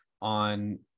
on